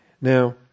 Now